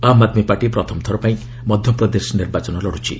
ଆମ୍ ଆଦ୍ମୀ ପାର୍ଟି ପ୍ରଥମ ଥରପାଇଁ ମଧ୍ୟପ୍ରଦେଶ ନିର୍ବାଚନ ଲତୁଛି